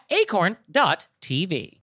acorn.tv